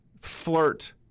flirt